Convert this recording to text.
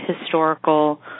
historical